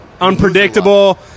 Unpredictable